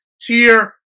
tier